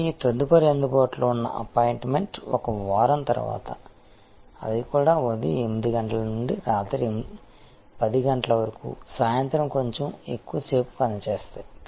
మరియు తదుపరి అందుబాటులో ఉన్న అపాయింట్మెంట్ 1 వారం తరువాత అవి కూడా ఉదయం 8 గంటల నుండి రాత్రి 10 గంటల వరకు సాయంత్రం కొంచెం ఎక్కువసేపు పనిచేస్తాయి